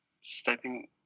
stepping